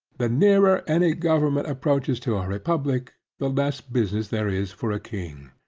the nearer any government approaches to a republic the less business there is for a king.